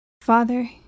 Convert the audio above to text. Father